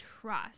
trust